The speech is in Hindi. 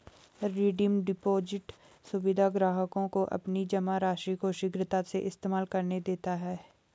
रिडीम डिपॉज़िट सुविधा ग्राहकों को अपनी जमा राशि को शीघ्रता से इस्तेमाल करने देते है